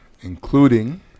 Including